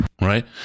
right